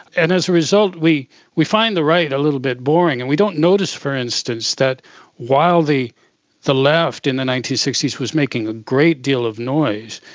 and as a result we we find the right a little bit boring and we don't notice, for instance, that while the the left in the nineteen sixty s was making a great deal of noise,